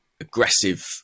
aggressive